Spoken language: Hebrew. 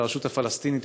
והרשות הפלסטינית,